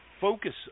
focus